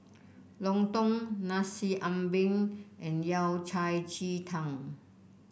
lontong Nasi Ambeng and Yao Cai Ji Tang